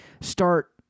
start